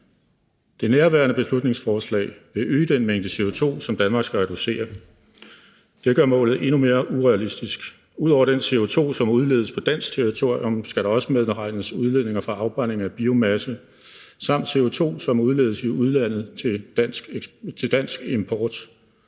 Det nærværende beslutningsforslag vil øge den mængde CO2, som Danmark skal reducere med. Det gør målet endnu mere urealistisk. Ud over den CO2, som udledes på dansk territorium, skal der også medregnes udledninger fra afbrænding af biomasse samt CO2, som udledes i udlandet i forbindelse